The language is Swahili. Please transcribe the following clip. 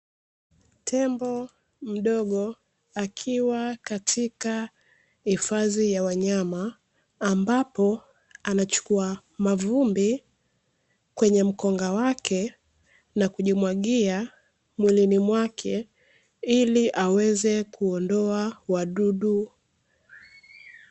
Tembo mdogo akiwa katika hifadhi ya wanyama ambapo anachukua mavumbi kwenye mkonga wake na kujimwagia mwilini mwake ili aweze kuondoa wadudu.